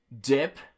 dip